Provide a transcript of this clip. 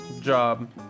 job